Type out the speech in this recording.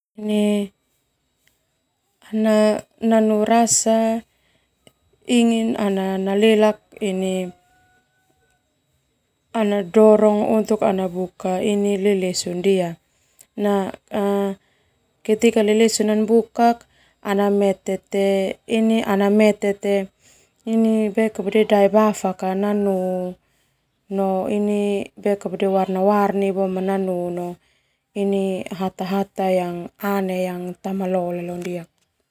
Nanu rasa ingin ana nalelak ini ana dorong untuk ana buka lalesa ndia ketika lalesa nanbukak ana mete te daebafak nanu warna-warni nanu hata tamalole.